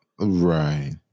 Right